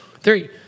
three